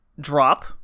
drop